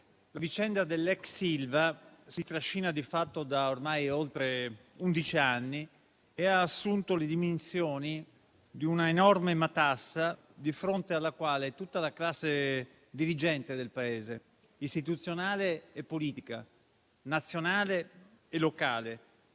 la vicenda dell'ex Ilva si trascina di fatto da ormai oltre undici anni e ha assunto le dimensioni di una enorme matassa di fronte alla quale tutta la classe dirigente del Paese, istituzionale e politica, nazionale e locale,